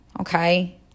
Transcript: okay